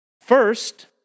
First